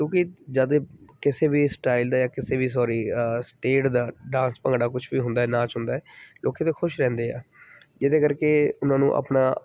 ਕਿਉਂਕਿ ਜਦ ਇਹ ਕਿਸੇ ਵੀ ਸਟਾਈਲ ਦਾ ਜਾਂ ਕਿਸੇ ਵੀ ਸੋਰੀ ਸਟੇਟ ਦਾ ਡਾਂਸ ਭੰਗੜਾ ਕੁਝ ਵੀ ਹੁੰਦਾ ਨਾਚ ਹੁੰਦਾ ਹੈ ਲੋਕ ਤਾਂ ਖੁਸ਼ ਰਹਿੰਦੇ ਆ ਜਿਹਦੇ ਕਰਕੇ ਉਹਨਾਂ ਨੂੰ ਆਪਣਾ